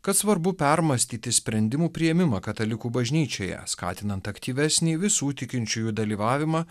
kad svarbu permąstyti sprendimų priėmimą katalikų bažnyčioje skatinant aktyvesnį visų tikinčiųjų dalyvavimą